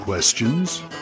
Questions